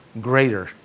greater